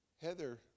Heather